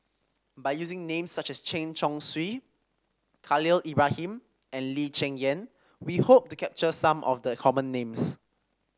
by using names such as Chen Chong Swee Khalil Ibrahim and Lee Cheng Yan we hope to capture some of the common names